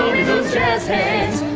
jazz hands!